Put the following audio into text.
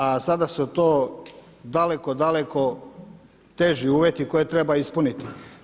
A sada su to daleko, daleko teži uvjeti koje treba ispuniti.